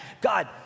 God